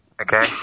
Okay